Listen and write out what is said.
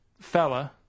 fella